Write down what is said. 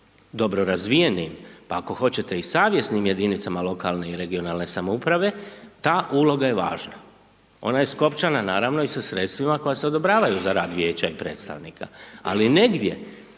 dobro razvijenim, pa ako hoćete i savjesnim jedinicama lokalne i regionalne samouprave, ta uloga je važna, ona je skopčana naravno i sa sredstvima koja se odobravaju za rad vijeća i predstavnika, ali negdje